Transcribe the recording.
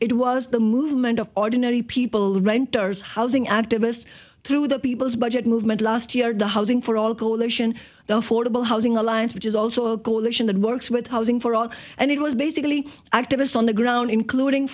it was the movement of ordinary people renters housing activists through the people's budget movement last year the housing for all coalition the affordable housing alliance which is also a coalition that works with housing for all and it was basically activists on the ground including